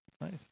Nice